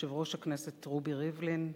יושב-ראש הכנסת רובי ריבלין,